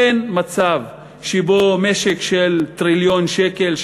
אין מצב שבו משק של טריליון שקל,